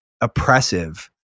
oppressive